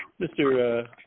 Mr